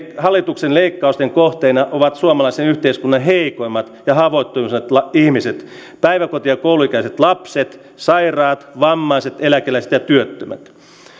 hallituksen leikkausten kohteina ovat suomalaisen yhteiskunnan heikoimmat ja haavoittuvaisimmat päiväkoti ja kouluikäiset lapset sairaat vammaiset eläkeläiset ja työttömät